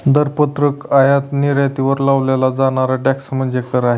दरपत्रक आयात निर्यातीवर लावला जाणारा टॅक्स म्हणजे कर आहे